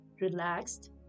relaxed